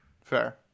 Fair